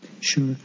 Sure